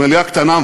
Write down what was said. עם עלייה קטנה,